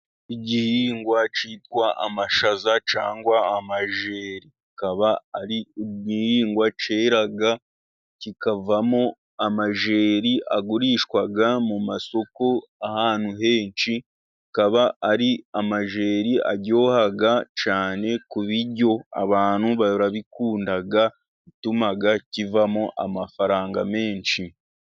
Igihingwa cyitwa amashaza cyangwa amajeri kikaba ari igihingwa cyera, kikavamo amajeri agurishwa mu masoko ahantu henshi ,akaba ari amajeri aryoha cyane ku biryo, abantu barabikunda bituma kivamo amafaranga menshi.